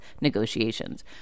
negotiations